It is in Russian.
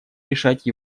решать